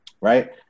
Right